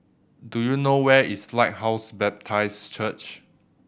do you know where is Lighthouse Baptist Church